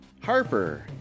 Harper